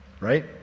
right